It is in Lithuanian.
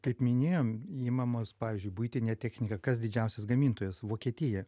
kaip minėjom imamos pavyzdžiui buitinė technika kas didžiausias gamintojas vokietija